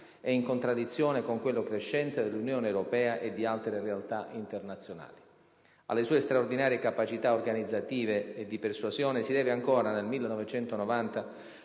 e in contraddizione con quello crescente dell'Unione europea e di altre realtà internazionali. Alle sue straordinarie capacità organizzative e di persuasione si deve ancora, nel 1990,